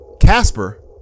Casper